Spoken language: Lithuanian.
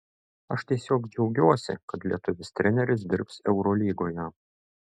aš tiesiog džiaugiuosi kad lietuvis treneris dirbs eurolygoje